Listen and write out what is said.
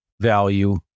value